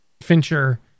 Fincher